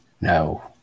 No